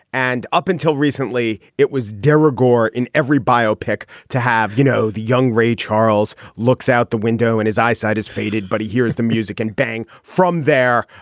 and up until recently it was darrell gore in every biopic to have you know the young ray charles looks out the window in his eyesight has faded but he hears the music and bang from there.